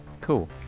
Cool